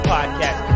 Podcast